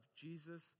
Jesus